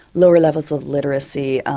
lower levels of literacy,